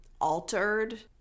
altered